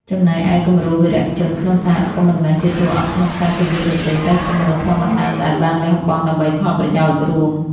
ចំណែកឯគំរូវីរៈជនក្នុងសហគមន៍មិនមែនជាតួអង្គក្នុងខ្សែភាពយន្តនោះទេ តែជាមនុស្សធម្មតាដែលបានលះបង់ដើម្បីផលប្រយោជន៍រួម។